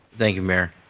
thank you, mayor.